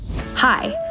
Hi